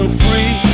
free